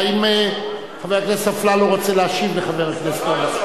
האם חבר הכנסת אפללו רוצה להשיב לחבר הכנסת הורוביץ?